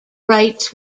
rights